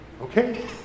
Okay